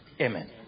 Amen